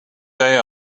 day